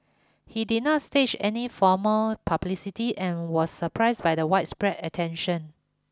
he did not stage any formal publicity and was surprised by the widespread attention